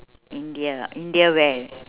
india ah india where